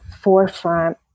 forefront